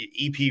EP